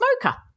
smoker